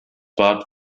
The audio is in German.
bad